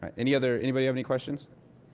um any other anybody have any questions?